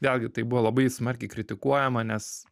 vėlgi tai buvo labai smarkiai kritikuojama nes